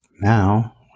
Now